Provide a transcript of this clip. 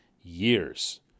years